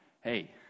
hey